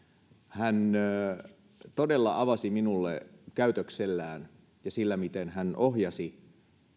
hän todella avasi minulle lähimmäisenrakkautta käytöksellään ja hän ohjasi